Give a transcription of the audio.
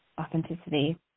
authenticity